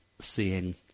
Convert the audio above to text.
seeing